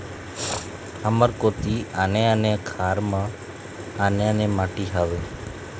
हमर कोती आने आने खार म आने आने माटी हावे?